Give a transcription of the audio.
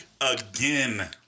again